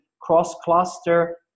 cross-cluster